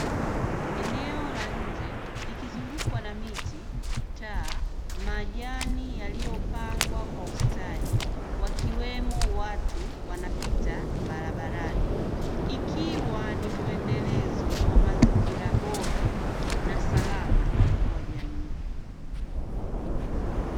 Eneo la nje likizungukwa na miti taa majani yaliyopangwa kwa ustadi wakiwemo watu wanapita barabarani, ikiwa ni mwendelezo wa mazingira bora na salama kwa jamii.